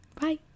Bye